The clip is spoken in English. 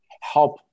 help